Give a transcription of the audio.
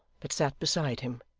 but sat beside him,